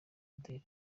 adele